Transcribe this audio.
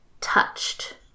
touched